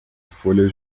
folhas